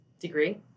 degree